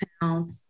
town